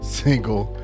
single